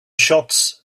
shots